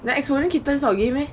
the exploding kittens not a game meh